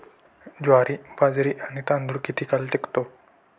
ज्वारी, बाजरी आणि तांदूळ किती काळ टिकतो?